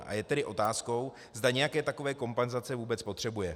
A je tedy otázkou, zda nějaké takové kompenzace vůbec potřebuje.